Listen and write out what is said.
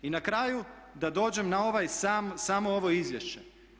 I na kraju da dođem na samo ovo izvješće.